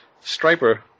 Striper